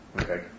Okay